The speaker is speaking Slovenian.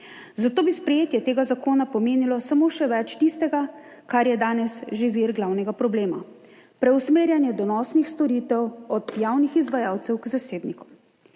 zato bi sprejetje tega zakona pomenilo samo še več tistega, kar je danes že vir glavnega problema – preusmerjanje donosnih storitev od javnih izvajalcev k zasebnikom.